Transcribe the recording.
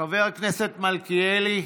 חבר הכנסת מלכיאלי,